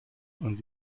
und